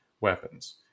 weapons